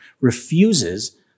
refuses